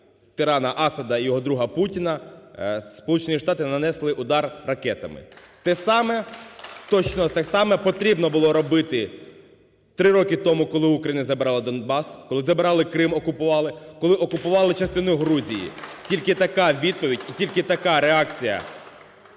тирана Асада і його друга Путіна, Сполучені Штати нанесли удар ракетами. Те саме, точно те саме потрібно було робити три роки тому, коли у України забирали Донбас, коли забирали Крим, окупували, коли окупували частину Грузії. Тільки така відповідь і тільки така реакція